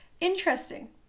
Interesting